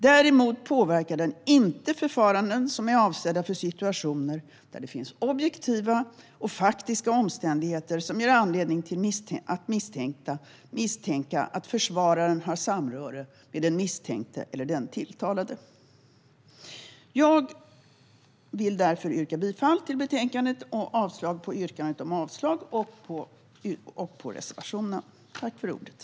Däremot påverkar det inte förfaranden som är avsedda för situationer där det finns objektiva och faktiska omständigheter som ger anledning att misstänka att försvararen har samröre med den misstänkte eller den tilltalade. Jag vill därför yrka bifall till förslaget i betänkandet och avslag på reservationen.